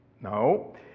no